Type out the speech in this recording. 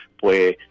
Pues